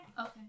Okay